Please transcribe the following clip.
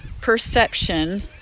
perception